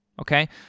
Okay